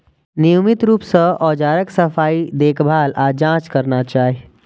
नियमित रूप सं औजारक सफाई, देखभाल आ जांच करना चाही